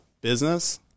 business